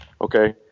okay